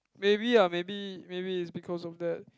maybe ah maybe maybe it's because of that